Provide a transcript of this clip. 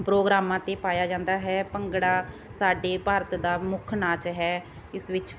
ਪ੍ਰੋਗਰਾਮਾਂ 'ਤੇ ਪਾਇਆ ਜਾਂਦਾ ਹੈ ਭੰਗੜਾ ਸਾਡੇ ਭਾਰਤ ਦਾ ਮੁੱਖ ਨਾਚ ਹੈ ਇਸ ਵਿੱਚ